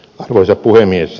arvoisa puhemies